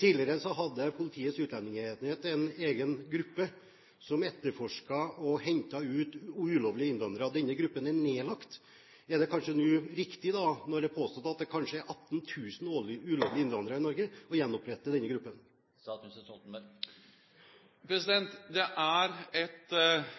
Tidligere hadde Politiets utlendingsenhet en egen gruppe som etterforsket og hentet ut ulovlige innvandrere. Denne gruppen er nedlagt. Er det kanskje nå riktig, når det er påstått at det kanskje er 18 000 ulovlige innvandrere i Norge, å gjenopprette denne gruppen? Det er i hvert fall et